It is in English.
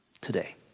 today